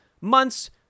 months